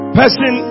person